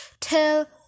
till